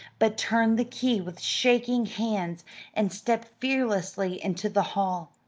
but turned the key with shaking hands and stepped fearlessly into the hall.